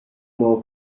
more